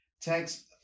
text